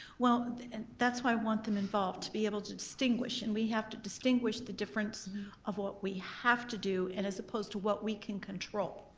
well and that's i want them involved to be able to distinguish and we have to distinguish the difference of what we have to do and as opposed to what we can control.